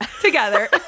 Together